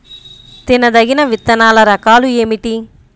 తినదగిన విత్తనాల రకాలు ఏమిటి?